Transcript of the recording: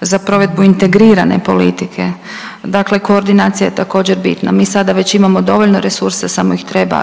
za provedbu integrirane politike. Dakle, koordinacija je također bitna. Mi sada imamo već dovoljno resursa samo ih treba